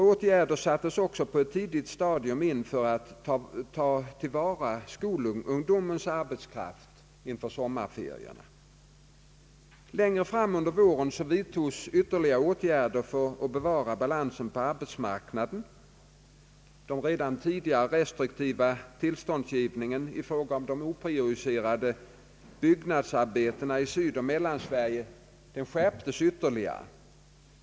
Åtgärder sattes även på ett tidigt stadium in för att tillvarata skolungdomens arbetskraft inför sommarferierna. Längre fram under våren vidtogs ytterligare åtgärder för att bevara balansen på arbetsmarknaden, Den redan tidigare restriktiva: tillståndsgivningen i fråga om de oprioriterade byggnadsarbetena i Sydoch Mellansverige skärptes ytterligare.